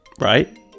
right